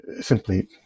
simply